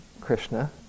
Krishna